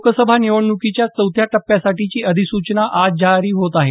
लोकसभा निवडणूकीच्या चौथ्या टप्प्यासाठीची अधिसूचना आज जाहीर होत आहे